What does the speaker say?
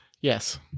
Yes